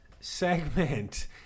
segment